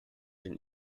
den